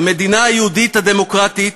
המדינה היהודית הדמוקרטית,